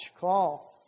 Call